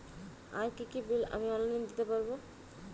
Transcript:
আর কি কি বিল আমি অনলাইনে দিতে পারবো?